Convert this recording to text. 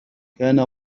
كان